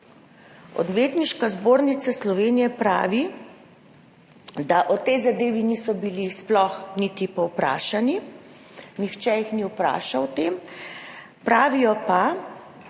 Odvetniška zbornica Slovenije pravi, da o tej zadevi sploh niso bili povprašani. Nihče jih ni vprašal o tem. Pravijo pa,